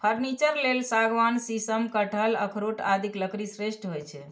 furniture लेल सागवान, शीशम, कटहल, अखरोट आदिक लकड़ी श्रेष्ठ होइ छै